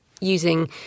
using